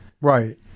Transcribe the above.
Right